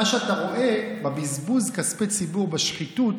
מה שאתה רואה בבזבוז כספי הציבור, בשחיתות,